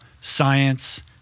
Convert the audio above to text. science